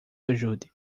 ajude